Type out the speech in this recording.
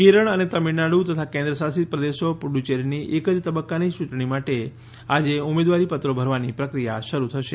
કેરળ અને તમિળનાડ તથા કેન્દ્રશાસિત પ્રદેશો પુડુચ્યેરીની એક જ તબક્કાની ચૂંટણી માટે પણ આજે ઉમેદવારીપત્રો ભરવાની પ્રક્રિયા શરૂ થશે